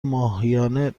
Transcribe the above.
ماهیانه